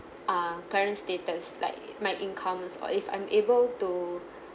uh current status like my income is or if I'm able to